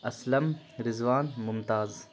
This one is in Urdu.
اسلم رضوان ممتاز